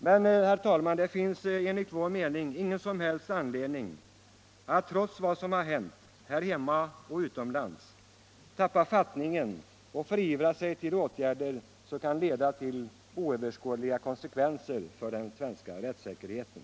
Men, herr talman, enligt vår mening är det trots vad som har hänt här hemma och utomlands ingen som helst anledning att tappa fattningen och förivra sig så att man vidtar åtgärder som kan få oöverskådliga konsekvenser för den svenska rättssäkerheten.